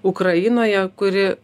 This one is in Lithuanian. ukrainoje kuri